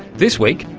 this week,